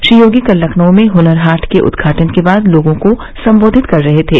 श्री योगी कल लखनऊ में हुनर हाट के उदघाटन के बाद लोगों को संबोषित कर रहे थे